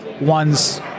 one's